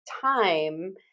time